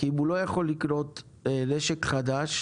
כי אם הוא לא יכול לקנות נשק חדש